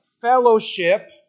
fellowship